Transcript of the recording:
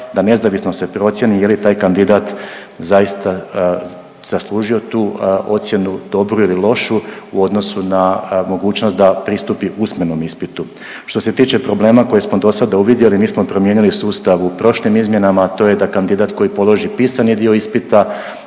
da nezavisno se procjeni je li taj kandidat zaista zaslužio tu ocjenu, dobru ili lošu u odnosu na mogućnost da pristupi usmenom ispitu. Što se tiče problema koji smo do sada uvidjeli, mi smo promijenili u sustavu u prošlim izmjenama, a to je da kandidat koji položi pisani dio ispita,